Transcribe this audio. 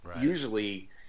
usually